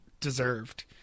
deserved